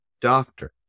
doctor